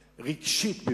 רגשית,